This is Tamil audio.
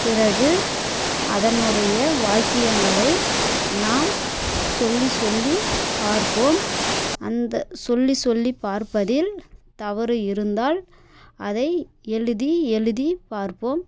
பிறகு அதனுடைய வாக்கியங்களை நாம் சொல்லி சொல்லி பார்ப்போம் அந்த சொல்லி சொல்லி பார்ப்பதில் தவறு இருந்தால் அதை எழுதி எழுதி பார்ப்போம்